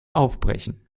aufbrechen